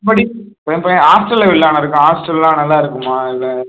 படி ஹாஸ்டலில் விட்டுலனு இருக்கம் ஹாஸ்டல் நல்லா இருக்குமா இல்லை